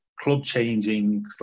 club-changing